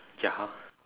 ya